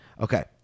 okay